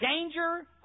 danger